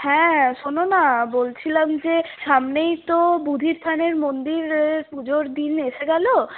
হ্যাঁ শোনো না বলছিলাম যে সামনেই তো বুধির থানের মন্দিরের পুজোর দিন এসে গেলো